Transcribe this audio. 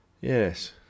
yes